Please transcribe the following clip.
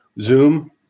Zoom